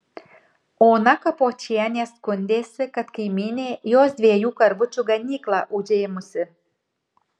ona kapočienė skundėsi kad kaimynė jos dviejų karvučių ganyklą užėmusi